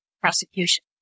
prosecution